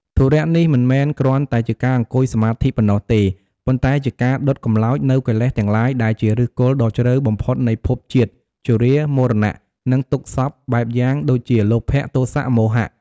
ធុរៈនេះមិនមែនគ្រាន់តែជាការអង្គុយសមាធិប៉ុណ្ណោះទេ ប៉ុន្តែជាការ ដុតកម្លោច នូវកិលេសទាំងឡាយ ដែលជាឫសគល់ដ៏ជ្រៅបំផុតនៃភពជាតិ ជរា មរណៈ និងទុក្ខសព្វបែបយ៉ាង ដូចជា លោភៈ ទោសៈ មោហៈ។